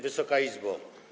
Wysoka Izbo!